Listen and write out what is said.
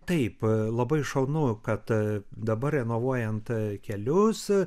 taip labai šaunu kad dabar renovuojant kelius